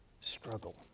struggle